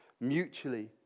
Mutually